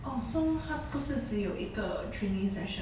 哦 so 他不是只有一个 training session